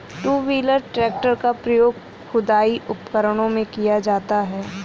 to wheeler tractor का प्रयोग खुदाई उपकरणों में किया जाता हैं